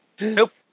nope